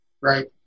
right